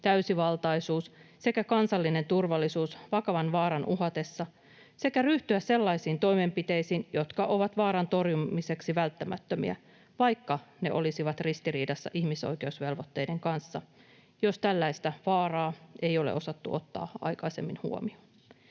täysivaltaisuus ja kansallinen turvallisuus vakavan vaaran uhatessa sekä ryhtyä sellaisiin toimenpiteisiin, jotka ovat vaaran torjumiseksi välttämättömiä, vaikka ne olisivat ristiriidassa ihmisoikeusvelvoitteiden kanssa, jos tällaista vaaraa ei ole osattu ottaa aikaisemmin huomioon.